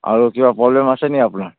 আৰু কিবা প্ৰব্লেম আছেনি আপোনাৰ